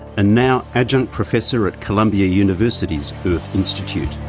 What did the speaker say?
and now adjunct professor at columbia university's earth institute.